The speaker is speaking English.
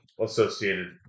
associated